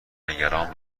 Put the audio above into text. نگران